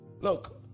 Look